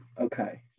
Okay